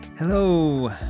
Hello